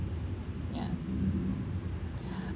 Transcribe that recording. ya